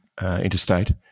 interstate